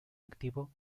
activo